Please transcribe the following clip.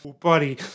buddy